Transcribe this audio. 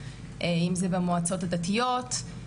אם זה במועצות הדתיות,